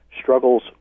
struggles